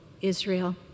Israel